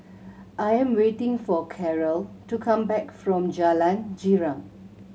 I'm waiting for Carole to come back from Jalan Girang